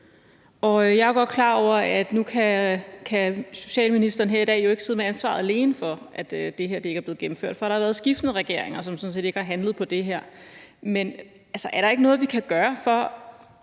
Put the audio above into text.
Jeg er godt klar over, at nu kan socialministeren her i dag jo ikke alene sidde med ansvaret for, at det her ikke er blevet gennemført, for der har været skiftende regeringer, som sådan set ikke har handlet på det her. Men er der ikke noget, vi kan gøre, for